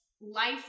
life